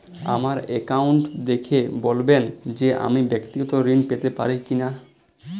আমার অ্যাকাউন্ট দেখে বলবেন যে আমি ব্যাক্তিগত ঋণ পেতে পারি কি না?